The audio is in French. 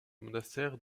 monastère